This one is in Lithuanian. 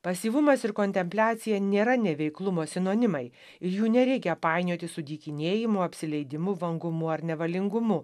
pasyvumas ir kontempliacija nėra neveiklumo sinonimai jų nereikia painioti su dykinėjimu apsileidimu vangumu ar nevalingumu